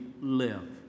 Live